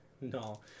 No